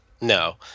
No